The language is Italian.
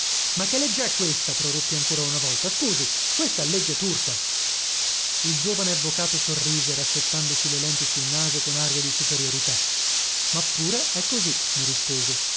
ma che legge è questa proruppi ancora una volta scusi questa è legge turca il giovane avvocato sorrise rassettandosi le lenti sul naso con aria di superiorità ma pure è così mi rispose